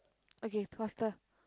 okay faster